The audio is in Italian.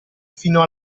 fino